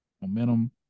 momentum